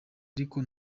ariko